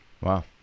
Wow